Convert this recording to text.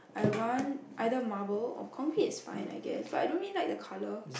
I want either marble or concrete is fine I guess but I don't really like the colour